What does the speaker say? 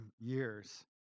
years